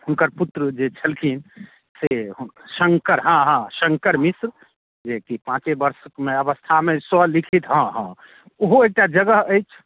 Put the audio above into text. हुनकर पुत्र जे छलखिन से शङ्कर हँ हँ शङ्कर मिश्र जेकि पाँचे बरषमे अवस्थामे स्वलिखित हँ हँ ओहो एकटा जगह अछि